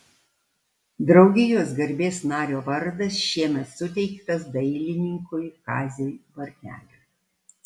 draugijos garbės nario vardas šiemet suteiktas dailininkui kaziui varneliui